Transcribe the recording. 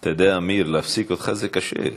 אתה יודע, עמיר, להפסיק אותך זה קשה.